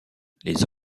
les